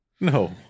No